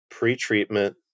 pretreatment